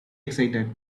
excited